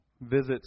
Visits